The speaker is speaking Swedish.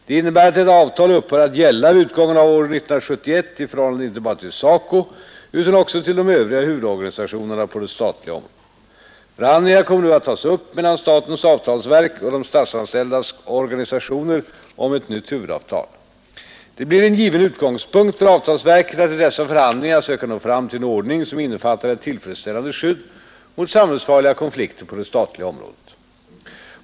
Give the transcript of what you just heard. Det innebär att detta avtal upphör att gälla vid utgången av år 1971 i förhållande inte bara till SACO utan också till de övriga huvudorganisationerna på det statliga området. Förhandlingar kommer nu att tas upp mellan statens avtalsverk och de statsanställdas organisationer om ett nytt huvudavtal. Det blir en given utgångspunkt för avtalsverket att i dessa förhandlingar söka nå fram till en ordning som innefattar ett tillfredsställande skydd mot samhällsfarliga konflikter på det statliga området.